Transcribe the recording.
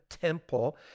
temple